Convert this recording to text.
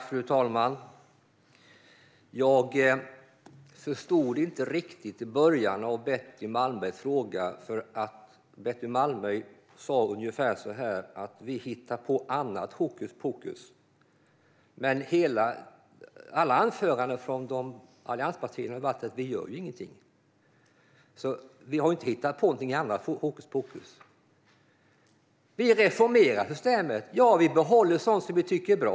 Fru talman! Jag förstod inte riktigt början av Betty Malmbergs fråga. Hon sa ungefär så här: Ni hittar på annat hokuspokus. Men alla anföranden från allianspartiernas företrädare har gått ut på att vi inte gör någonting. Då kan vi ju inte ha hittat på något annat hokuspokus. Vi reformerar systemet och behåller sådant som vi tycker är bra.